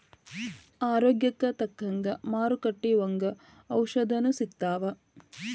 ರೋಗಕ್ಕ ತಕ್ಕಂಗ ಮಾರುಕಟ್ಟಿ ಒಂಗ ಔಷದೇನು ಸಿಗ್ತಾವ